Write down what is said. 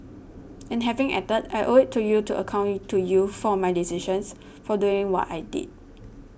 and having acted I owe it to you to account to you for my decisions for doing what I did